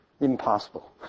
impossible